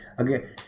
Okay